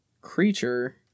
creature